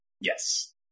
Yes